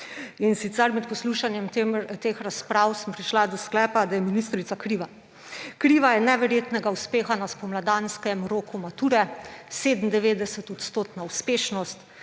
čustvena. Med poslušanjem teh razprav sem prišla do sklepa, da je ministrica kriva. Kriva je neverjetnega uspeha na spomladanskem roku mature, 97-odstotna uspešnost,